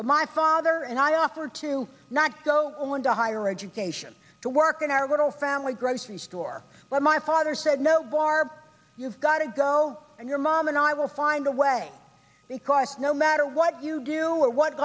but my father and i offered to not go on to higher education to work in our little family grocery store but my father said no bar you've gotta go and your mom and i will find a way because no matter what you do or what